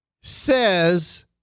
says